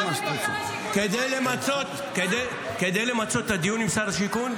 כדי למצות את הדיון עם שר השיכון,